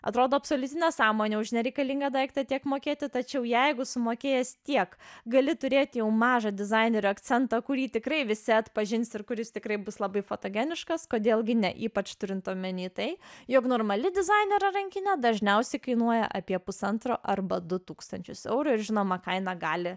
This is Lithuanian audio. atrodo absoliuti nesąmonė už nereikalingą daiktą tiek mokėti tačiau jeigu sumokės tiek gali turėti jau mažą dizainerio akcentą kurį tikrai visi atpažins ir kuris tikrai bus labai fotogeniškas kodėl gi ne ypač turint omenyje tai jog normali dizainerio rankinę dažniausiai kainuoja apie pusantro arba du tūkstančius eurų ir žinoma kaina gali